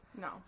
No